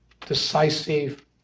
decisive